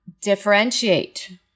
differentiate